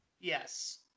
Yes